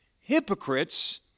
hypocrites